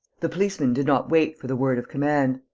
the policemen did not wait for the word of command.